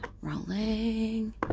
Rolling